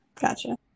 Gotcha